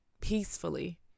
peacefully